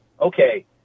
okay